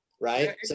right